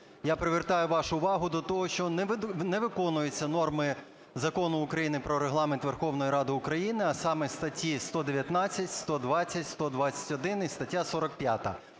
Я привертаю вашу увагу до того, що не виконуються норми Закону України "Про Регламент Верховної Ради України", а саме статті 119, 120, 121 і стаття 45.